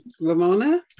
Ramona